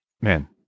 man